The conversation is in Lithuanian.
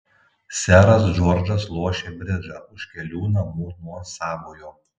seras džordžas lošė bridžą už kelių namų nuo savojo